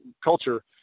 culture